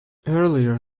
earlier